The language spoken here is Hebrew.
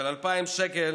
2,000 שקל